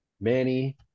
Manny